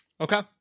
Okay